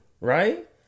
right